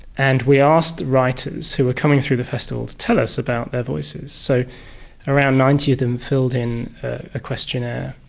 and we asked writers who were coming through the festival to tell us about their voices. so around ninety of them filled in a questionnaire,